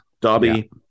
Dobby